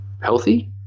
healthy